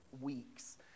weeks